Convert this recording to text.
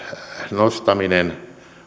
nostaminen